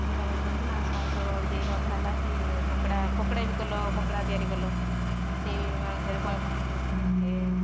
ବୁଲାବୁଲି କରିକି ମାଂସ ଫାଂସ ଏଇ ରନ୍ଧା ହେଲା କି ପକୋଡ଼ା ପକୋଡ଼ା ବି କଲ ପକୋଡ଼ା ତିଆରି କଲ ସେଇ ମାଂସରେ ପ ଏ